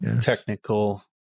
technical